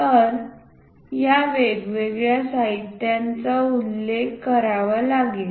तर या वेगवेगळ्या साहित्यांचा उल्लेख करावा लागेल